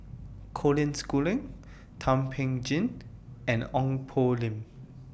Colin Schooling Thum Ping Tjin and Ong Poh Lim